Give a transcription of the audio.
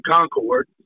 Concord